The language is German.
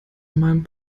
meinem